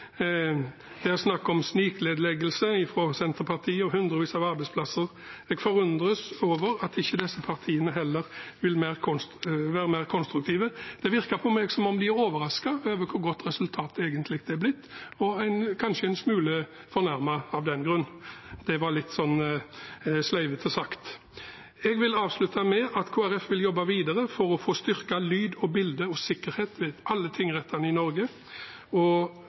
Det er fra Senterpartiets side snakk om sniknedleggelse og hundrevis av arbeidsplasser. Det forundrer meg at disse partiene ikke heller vil være mer konstruktive. Det virker på meg som om de er overrasket over hvor godt resultatet egentlig er blitt, og kanskje en smule fornærmet av den grunn – litt sleivete sagt. Jeg vil avslutte med at Kristelig Folkeparti vil jobbe videre for å få styrket lyd, bilde og sikkerhet ved alle tingrettene i Norge. Kristelig Folkeparti støtter merknadene og